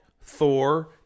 Thor